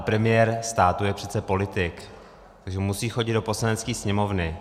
Premiér státu je přece politik, takže musí chodit do Poslanecké sněmovny.